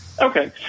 Okay